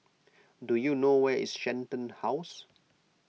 do you know where is Shenton House